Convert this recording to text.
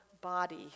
body